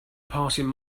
passing